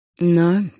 No